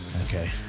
Okay